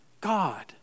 God